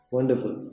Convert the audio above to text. Wonderful